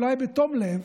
אולי בתום לב,